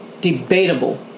Debatable